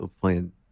playing